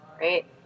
right